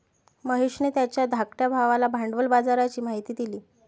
महेशने त्याच्या धाकट्या भावाला भांडवल बाजाराची माहिती दिली